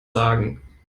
sagen